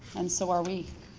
and so are we.